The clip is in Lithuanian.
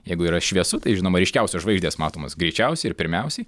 jeigu yra šviesu tai žinoma ryškiausios žvaigždės matomos greičiausiai ir pirmiausiai